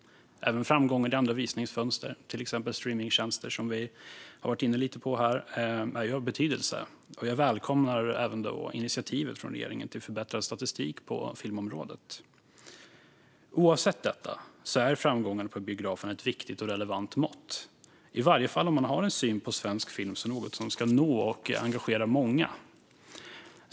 Även framgång i andra visningsfönster, till exempel streamingtjänster som vi har varit inne på, är av betydelse, och jag välkomnar regeringens initiativ till förbättrad statistik på filmområdet. Oavsett detta är framgång på biograferna ett viktigt och relevant mått, i varje fall om man har en syn på svensk film som något som ska nå och engagera många.